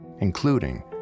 including